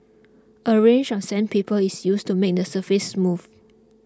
a range of sandpaper is used to make the surface smooth